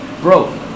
bro